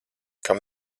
kam